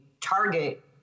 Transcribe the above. target